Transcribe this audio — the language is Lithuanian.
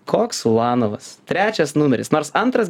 koks ulanovas trečias numeris nors antras